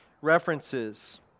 references